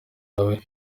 nawe